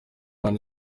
imana